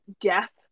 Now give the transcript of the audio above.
death